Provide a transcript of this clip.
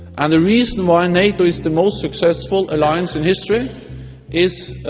and the reason why nato is the most successful alliance in history is,